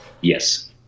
Yes